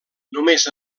només